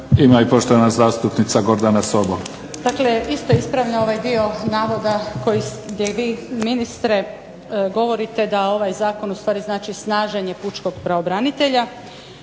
ima i poštovana zastupnica Gordana Sobol.